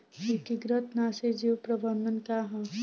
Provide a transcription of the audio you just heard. एकीकृत नाशी जीव प्रबंधन का ह?